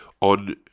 on